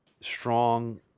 strong